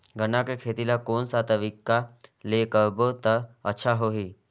गन्ना के खेती ला कोन सा तरीका ले करबो त अच्छा होही?